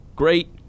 great